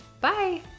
Bye